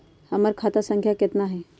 हमर खाता संख्या केतना हई?